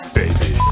baby